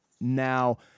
Now